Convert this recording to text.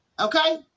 Okay